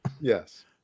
Yes